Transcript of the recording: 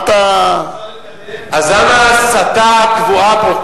אז למה ההסתה הקבועה פה,